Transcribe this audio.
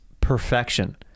perfection